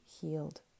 healed